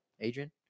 Adrian